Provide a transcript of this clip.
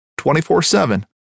24-7